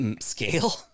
scale